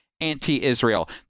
anti-Israel